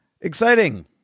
exciting